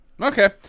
Okay